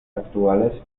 actuales